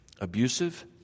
Abusive